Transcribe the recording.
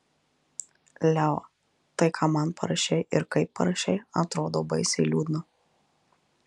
leo tai ką man parašei ir kaip parašei atrodo baisiai liūdna